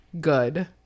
good